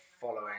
following